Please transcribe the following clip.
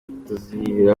turizera